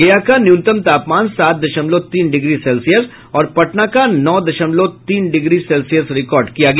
गया का न्यूनतम तापमान सात दशमलव तीन डिग्री सेल्सियस और पटना का नौ दशमलव तीन डिग्री सेल्सियस रिकॉर्ड किया गया